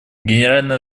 генеральная